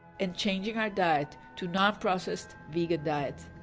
and changing our diet to non-processed vegan diet.